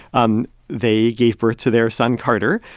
um they gave birth to their son, carter,